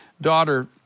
daughter